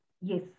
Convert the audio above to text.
Yes